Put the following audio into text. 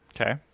Okay